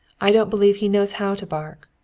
i don't believe he knows how to bark.